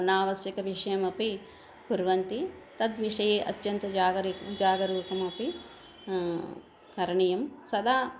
नावश्यकविषयम् अपि कुर्वन्ति तद्विषये अत्यन्तजागरूकता जागरूकम् अपि करणीयं सदा